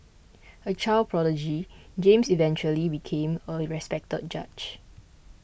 a child prodigy James eventually became a respected judge